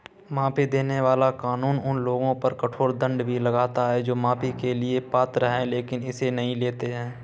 माफी देने वाला कानून उन लोगों पर कठोर दंड भी लगाता है जो माफी के लिए पात्र हैं लेकिन इसे नहीं लेते हैं